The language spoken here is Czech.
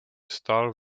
stál